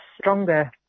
stronger